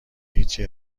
هیچی